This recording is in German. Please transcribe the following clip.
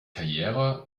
karriere